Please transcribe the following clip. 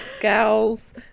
gals